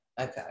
Okay